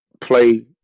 play